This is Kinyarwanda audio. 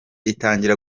itangira